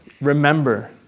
Remember